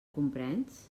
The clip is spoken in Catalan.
comprens